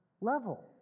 Level